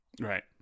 Right